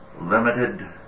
limited